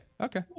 Okay